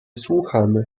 słuchamy